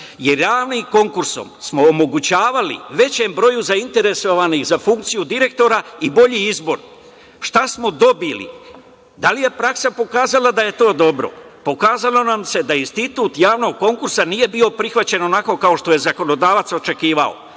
Jer realnim konkursom smo omogućavali većem broju zainteresovanih za funkciju direktora i bolji izbor. Šta smo dobili? Da li je praksa pokazala da je to dobro? Pokazalo nam se da institut javnog konkursa nije bio prihvaćen onako kao što je zakonodavac očekivao.Zašto,